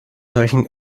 solchen